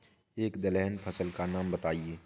एक दलहन फसल का नाम बताइये